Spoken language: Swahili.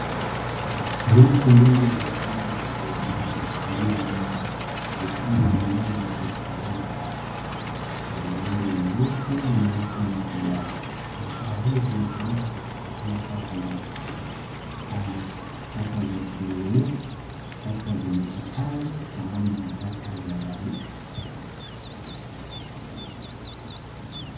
Nyasi ndogo za kijani kibichi, zilzobeba vifaa mbalimbali vya kuhifadhia taka vyenye rangi nyeusi, nyeupe na kijani. Vifaa hivyo hutumika kuhifadhia taka mbalimbali, kama taka za kimiminika, taka za ncha kali pamoja na taka za yabisi.